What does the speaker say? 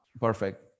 Perfect